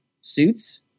suits